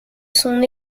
son